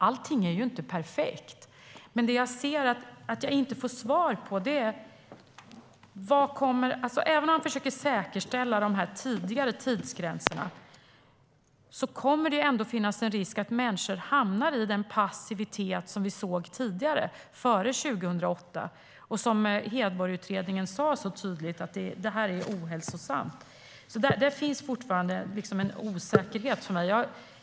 Allting är ju inte perfekt, men det jag ser att jag inte får svar på är detta: Även om man försöker säkerställa de tidigare tidsgränserna kommer det ändå att finnas risk att människor hamnar i den passivitet som vi såg tidigare, före 2008, och som Hedborgutredningen tydligt sa är ohälsosam. Där finns det fortfarande en osäkerhet för mig.